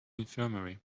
infirmary